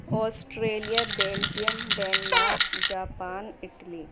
Australia Belgium Denmark Japan Italy